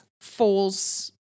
falls